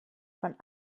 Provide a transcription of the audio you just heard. von